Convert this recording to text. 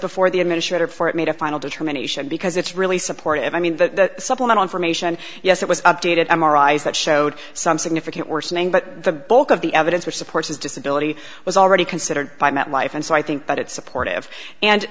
before the administrator for it made a final determination because it's really supportive i mean the supplemental information yes it was updated m r i s that showed some significant worsening but the bulk of the evidence which supports his disability was already considered by met life and so i think that it's supportive and